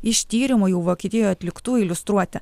iš tyrimų jau vokietijoj atliktų iliustruoti